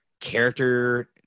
character